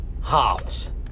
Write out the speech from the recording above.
halves